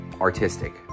artistic